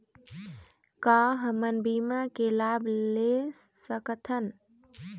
का हमन बीमा के लाभ ले सकथन?